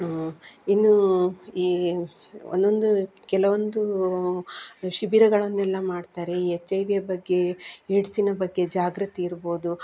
ಇನ್ನು ಈ ಒಂದೊಂದು ಕೆಲವೊಂದು ಶಿಬಿರಗಳನ್ನೆಲ್ಲ ಮಾಡ್ತಾರೆ ಈ ಎಚ್ ಐ ವಿಯ ಬಗ್ಗೆ ಏಡ್ಸಿನ ಬಗ್ಗೆ ಜಾಗೃತಿ ಇರ್ಬೋದು